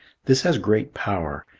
this has great power.